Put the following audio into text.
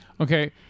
Okay